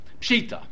pshita